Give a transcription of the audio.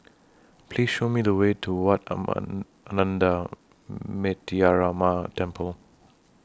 Please Show Me The Way to Wat among Ananda Metyarama Temple